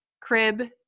crib